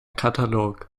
katalog